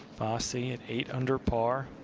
fassi at eight under par.